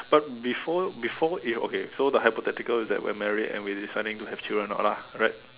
but before before it okay so the hypothesis is that we're married and deciding to have children or not right